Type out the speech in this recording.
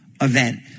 event